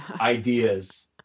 ideas